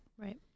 Right